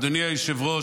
אדוני היושב-ראש,